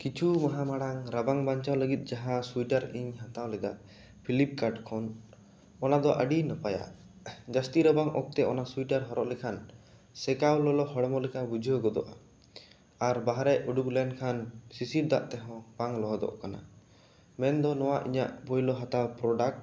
ᱠᱤᱪᱷᱩ ᱢᱟᱦᱟ ᱢᱟᱬᱟᱝ ᱨᱟᱵᱟᱝ ᱵᱟᱧᱪᱟᱣ ᱞᱟᱹᱜᱤᱫ ᱡᱟᱦᱟᱸ ᱥᱩᱣᱮᱴᱟᱨ ᱤᱧ ᱦᱟᱛᱟᱣ ᱞᱮᱫᱟ ᱯᱷᱤᱞᱤᱯᱠᱟᱨᱴ ᱠᱷᱚᱱ ᱚᱱᱟ ᱫᱚ ᱟᱹᱰᱤ ᱱᱟᱯᱟᱭᱟ ᱡᱟᱹᱥᱛᱤ ᱨᱟᱵᱟᱝ ᱚᱠᱛᱚ ᱚᱱᱟ ᱥᱩᱣᱮᱴᱟᱨ ᱦᱚᱨᱚᱜ ᱞᱮᱠᱷᱟᱱ ᱥᱮᱠᱟᱣ ᱞᱚᱞᱚ ᱦᱚᱲᱢᱚ ᱞᱮᱠᱟ ᱵᱩᱡᱷᱟᱹᱣ ᱜᱚᱫᱚᱜᱼᱟ ᱟᱨ ᱵᱟᱦᱨᱮ ᱩᱰᱩᱝ ᱞᱮᱱ ᱠᱷᱟᱱ ᱥᱤᱥᱤᱨ ᱫᱟᱜ ᱛᱮᱦᱚᱸ ᱵᱟᱝ ᱞᱚᱦᱚᱫᱚᱜ ᱠᱟᱱᱟ ᱢᱮᱱ ᱫᱚ ᱱᱚᱣᱟ ᱤᱧᱟᱹᱜ ᱯᱩᱭᱞᱩ ᱦᱟᱛᱟᱣ ᱯᱨᱚᱰᱟᱠᱴ